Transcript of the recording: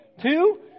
Two